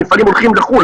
מפעלים הולכים לחו"ל,